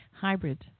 hybrid